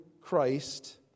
Christ